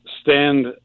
stand